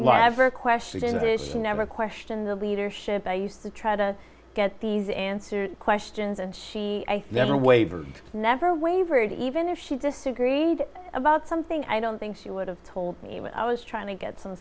whatever question is this you never question the leadership i used to try to get these answers questions and she never wavered never wavered even if she disagreed about something i don't think she would have told me when i was trying to get some